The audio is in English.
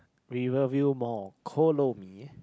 Riverview-Mall Kolo-Mee